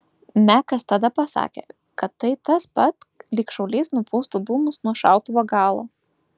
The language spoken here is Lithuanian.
mekas tada pasakė kad tai tas pat lyg šaulys nupūstų dūmus nuo šautuvo galo